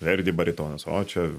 verdi baritonas o čia